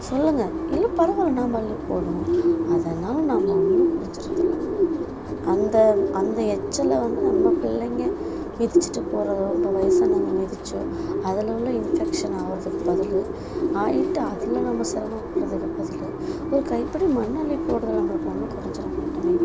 சொல்லுங்கள் இல்லை பரவாயில்ல நாம் அள்ளி போடுவோம் அதனால் நம்ம ஒன்றும் கொறஞ்சிடறதில்ல அந்த அந்த எச்சிலை வந்து நம்ம பிள்ளைங்க மிதித்துட்டு போகிற ரொம்ப வயசானவங்க மிதித்தோ அதில் உள்ள இன்ஃபக்ஷன் ஆகிறதுக்கு பதில் ஆகிட்டு அதில் நம்ம சிரமப்பட்றதுக்கு பதில் ஒரு கைப்பிடி மண் அள்ளி போடுறதுல நம்மளுக்கு ஒன்றும் கொறைஞ்சிட மாட்டோமே